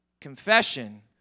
Confession